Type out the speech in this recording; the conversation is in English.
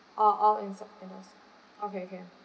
orh all inside indoors okay can